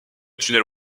tunnel